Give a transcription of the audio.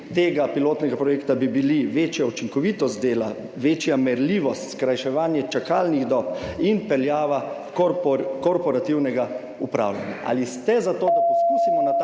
tega pilotnega projekta bi bili večja učinkovitost dela, večja merljivost, skrajševanje čakalnih dob in vpeljava korporativnega upravljanja. Ali ste za to, da poskusimo na tak